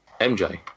MJ